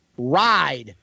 Ride